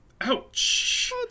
Ouch